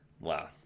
wow